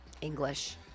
English